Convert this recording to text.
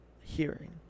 Hearing